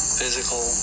physical